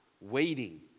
waiting